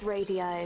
Radio